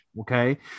okay